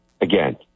again